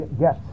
yes